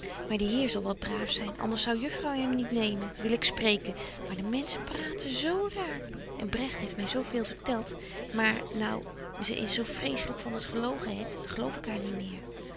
maar die heer zal wel braaf zyn anders zou juffrouw hem niet nemen wil ik spreken maar de mensen praten z raar en bregt heeft my zo veel vertelt maar nou ze eens zo vreeslyk van je gelogen het geloof ik haar niet meer